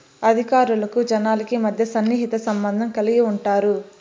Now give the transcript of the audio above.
అధికారులకు జనాలకి మధ్య సన్నిహిత సంబంధం కలిగి ఉంటారు